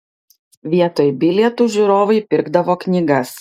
vietoj bilietų žiūrovai pirkdavo knygas